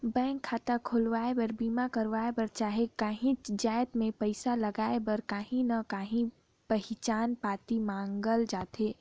bank खाता खोलवाए बर, बीमा करवाए बर चहे काहींच जाएत में पइसा लगाए बर काहीं ना काहीं पहिचान पाती मांगल जाथे